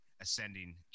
ascending